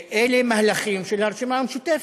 אלה מהלכים של הרשימה המשותפת.